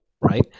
right